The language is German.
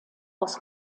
aus